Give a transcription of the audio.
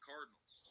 Cardinals